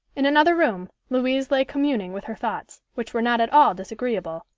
in another room, louise lay communing with her thoughts, which were not at all disagreeable.